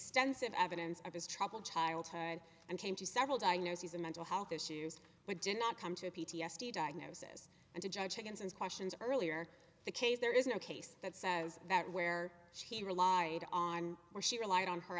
extensive evidence of his troubled childhood and came to several diagnoses of mental health issues but did not come to p t s d diagnosis and to judge chickens and questions earlier the case there is no case that says that where she relied on where she relied on her